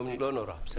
לא נורא, בסדר.